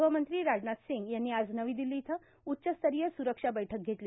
ग्रहमंत्री राजनाथ सिंग यांनी आज नवी दिल्ली इथं उच्चस्तरीय सुरक्षा बैठक घेतली